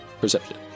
perception